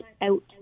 out